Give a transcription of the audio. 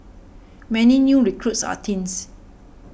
many new recruits are teens